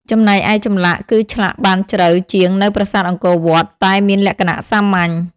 ចំណែកឯចម្លាក់ គឺឆ្លាក់បានជ្រៅជាងនៅប្រាសាទអង្គរវត្ត តែមានលក្ខណៈសាមញ្ញ។